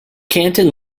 canton